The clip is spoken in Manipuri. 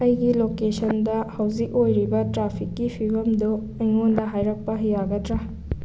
ꯑꯩꯒꯤ ꯂꯣꯀꯦꯁꯟꯗ ꯍꯧꯖꯤꯛ ꯑꯣꯏꯔꯤꯕ ꯇ꯭ꯔꯥꯐꯤꯛꯀꯤ ꯐꯤꯕꯝꯗꯨ ꯑꯩꯉꯣꯟꯗ ꯍꯥꯏꯔꯛꯄ ꯌꯥꯒꯗ꯭ꯔꯥ